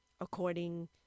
according